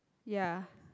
ya